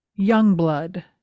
Youngblood